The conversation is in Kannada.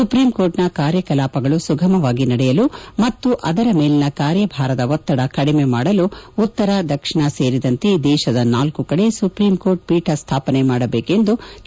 ಸುಪ್ರೀಂಕೋರ್ಟ್ನ ಕಾರ್ಯಕಲಾಪಗಳು ಸುಗಮವಾಗಿ ನಡೆಯಲು ಮತ್ತು ಅದರ ಮೇಲಿನ ಕಾರ್ಯಭಾರದ ಒತ್ತದ ಕಡಿಮೆ ಮಾಡಲು ಉತ್ತರ ದಕ್ಷಿಣ ಸೇರಿದಂತೆ ದೇಶದ ನಾಲ್ಕು ಕಡೆ ಸುಪ್ರೀಂ ಕೋರ್ಟ್ ಪೀಠ ಸ್ಲಾಪನೆ ಮಾಡಬೇಕೆಂದು ಕೆ